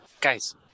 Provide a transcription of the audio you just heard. guys